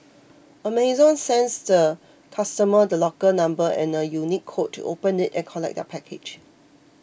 Amazon sends the customer the locker number and a unique code to open it and collect their package